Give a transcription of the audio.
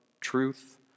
truth